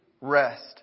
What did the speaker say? rest